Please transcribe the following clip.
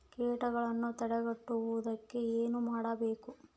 ಕೇಟಗಳನ್ನು ತಡೆಗಟ್ಟುವುದಕ್ಕೆ ಏನು ಮಾಡಬೇಕು?